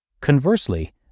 Conversely